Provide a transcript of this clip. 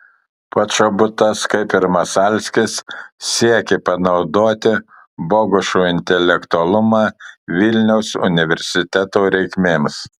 počobutas kaip ir masalskis siekė panaudoti bogušo intelektualumą vilniaus universiteto reikmėms